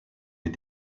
les